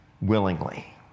willingly